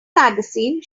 magazine